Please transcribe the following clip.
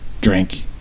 drink